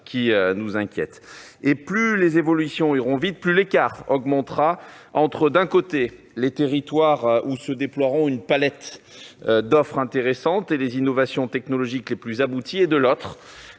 qui nous inquiète. Plus les évolutions seront rapides, plus l'écart se creusera entre, d'un côté, les territoires où se déploieront une palette d'offres intéressantes et les innovations technologiques les plus abouties et, de l'autre,